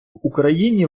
україні